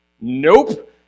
Nope